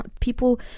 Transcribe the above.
people